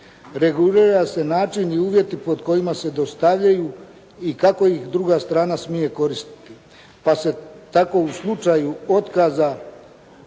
regulira se način i uvjeti pod kojima se dostavljaju i kako ih druga strana smije koristiti. Pa se tako u slučaju otkaza